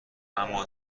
اما